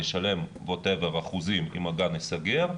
לשלם אחוז מסוים של אחוזים אם הגן ייסגר,